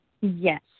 Yes